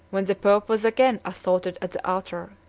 when the pope was again assaulted at the altar.